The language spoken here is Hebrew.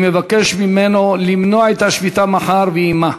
אני מבקש ממנו למנוע את השביתה מחר ויהי מה.